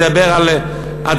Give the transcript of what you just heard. מדברים על הדרכים,